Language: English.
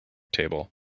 table